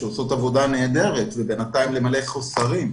שעושות עבודה נהדרת ובינתיים למלא חסרים.